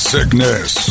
Sickness